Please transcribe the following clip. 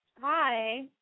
Hi